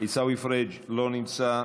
עיסאווי פריג' לא נמצא.